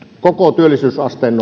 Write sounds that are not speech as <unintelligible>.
koko työllisyysasteen <unintelligible>